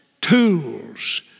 tools